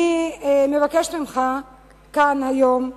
אני מבקשת ממך כאן היום: